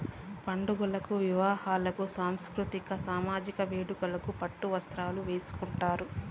పండుగలకు వివాహాలకు సాంస్కృతిక సామజిక వేడుకలకు పట్టు వస్త్రాలు వేసుకుంటారు